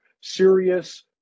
serious